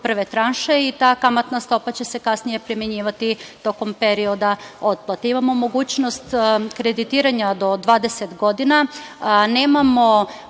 prve tranše i ta kamatna stopa će se kasnije primenjivati tokom perioda otplate. Imamo mogućnost kreditiranja do 20 godina.